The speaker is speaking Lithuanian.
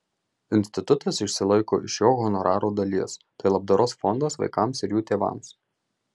institutas išsilaiko iš jo honorarų dalies tai labdaros fondas vaikams ir jų tėvams